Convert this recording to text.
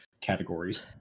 categories